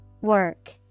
Work